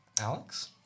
Alex